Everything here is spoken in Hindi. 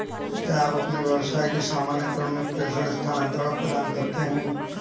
क्या आप अपने व्यवसाय के सामान्य क्रम में प्रेषण स्थानान्तरण प्रदान करते हैं?